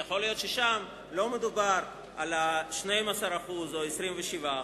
יכול להיות ששם לא מדובר על ה-12% או 27%,